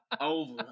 Over